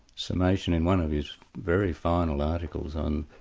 summation in one of his very final articles on,